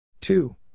Two